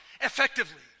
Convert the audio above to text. Effectively